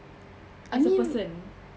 as a person